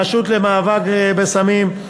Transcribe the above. הרשות למאבק בסמים,